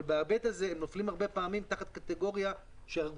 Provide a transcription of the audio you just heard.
אבל בהיבט הזה הם נופלים הרבה פעמים תחת קטגוריה שהרגולציה